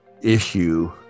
issue